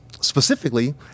Specifically